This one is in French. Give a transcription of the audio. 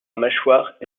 mâchoires